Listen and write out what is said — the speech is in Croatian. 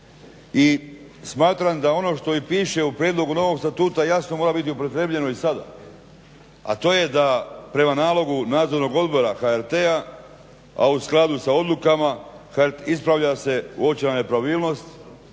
I smatram da ono što i piše u prijedlogu novog Statuta jasno mora biti upotrijebljeno i sada, a to je da prema nalogu Nadzornog odbora HRT-a a u skladu sa odlukama ispravlja se uočena nepravilnost